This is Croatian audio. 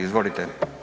Izvolite.